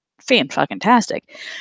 fantastic